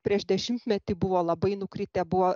prieš dešimtmetį buvo labai nukritę buvo